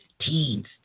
teens